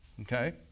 Okay